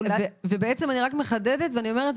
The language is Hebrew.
אז בעצם אני רק מחדדת ואני אומרת,